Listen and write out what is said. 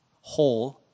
whole